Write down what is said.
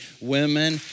women